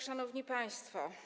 Szanowni Państwo!